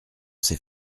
c’est